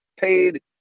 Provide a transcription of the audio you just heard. paid